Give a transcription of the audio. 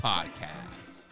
Podcast